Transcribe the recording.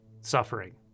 suffering